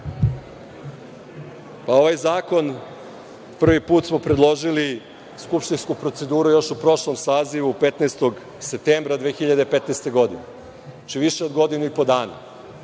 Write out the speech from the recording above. Ovaj zakon prvi put smo predložili u skupštinsku proceduru još u prošlom sazivu 15. septembra 2015. godine. Znači, više od godinu i po dana.